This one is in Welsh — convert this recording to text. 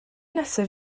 nesaf